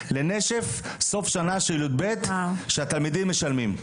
לנשף סוף שנה של י"ב שהתלמידים משלמים,